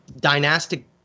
dynastic